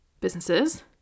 businesses